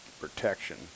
protection